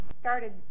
started